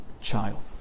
child